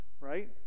right